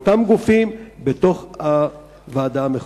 לאותם גופים בתוך הוועדה המחוזית.